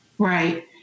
Right